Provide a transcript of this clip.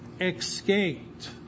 escaped